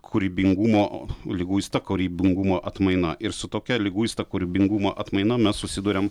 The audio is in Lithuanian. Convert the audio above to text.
kūrybingumo liguista kūrybingumo atmaina ir su tokia liguista kūrybingumo atmaina mes susiduriam